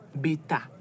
Beta